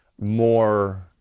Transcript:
more